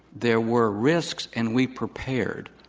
there were risks, and we prepared.